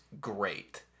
great